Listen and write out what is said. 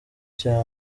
cya